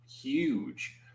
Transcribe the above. huge